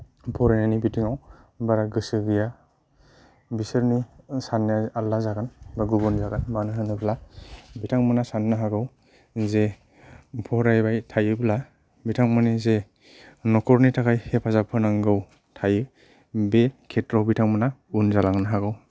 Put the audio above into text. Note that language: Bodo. फरायनायनि बिथिंआव बारा गोसो गैया बिसोरनि सान्नाया आलादा जागोन बा गुबुन जागोन मानो होनोब्ला बिथांमोना सान्नो हागौ जे फरायबाय थायोब्ला बिथांमोननि जे न'खरनि थाखाय हेफाजाब होनांगौ थायो बे खेत्र'आव बिथांमोना उन जालांनो हागौ